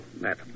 madam